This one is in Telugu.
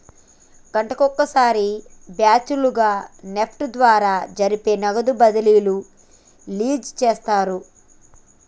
గంటకొక సారి బ్యాచ్ లుగా నెఫ్ట్ ద్వారా జరిపే నగదు బదిలీలు రిలీజ్ చేస్తారు